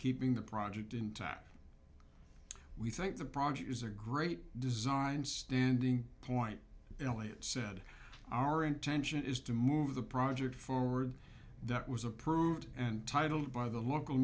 keeping the project intact we think the project is a great design standing point eliot said our intention is to move the project forward that was approved and titled by the local